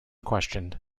questioned